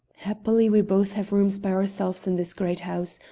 happily we both have rooms by ourselves in this great house.